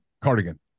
cardigan